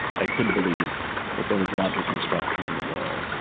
i could believe that there was logic and structure in the world.